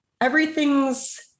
everything's